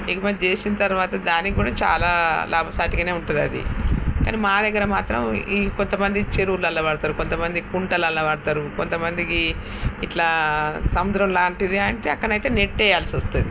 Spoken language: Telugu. ఎగుమతి చేసిన తరువాత దానికి కూడా చాలా లాభసాటిగానే ఉంటుంది అది కానీ మా దగ్గర మాత్రం ఈ కొంతమంది చెరువులల్లో పడుతారు కొంతమంది కుంటలల్లో పడుతారు కొంతమందికి ఇట్లా సముద్రం లాంటిది అంటే అక్కడ అయితే నెట్ వేయవలసి వస్తుంది